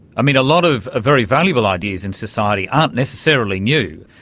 i mean, a lot of very valuable ideas in society aren't necessarily new,